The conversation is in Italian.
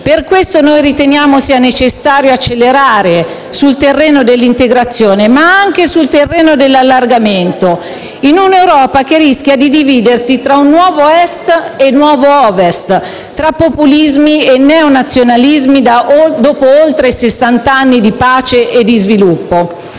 Per questo noi riteniamo sia necessario accelerare sul terreno dell'integrazione, ma anche sul terreno dell'allargamento, in un'Europa che rischia di dividersi tra un nuovo Est e un nuovo Ovest, tra populismi e neonazionalismi dopo oltre sessant'anni di pace e di sviluppo.